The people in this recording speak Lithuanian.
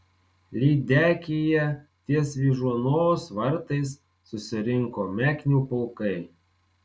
lydekyje ties vyžuonos vartais susirinko meknių pulkai